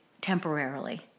temporarily